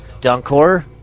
Dunkor